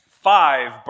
Five